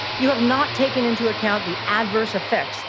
you have not taken into account the adverse effects,